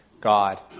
God